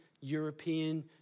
European